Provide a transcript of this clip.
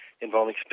involving